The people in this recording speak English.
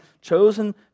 chosen